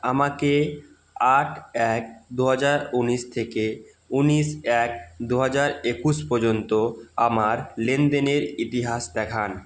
আমাকে আট এক দু হাজার ঊনিশ থেকে ঊনিশ এক দু হাজার একুশ পর্যন্ত আমার লেনদেনের ইতিহাস দেখান